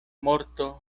morto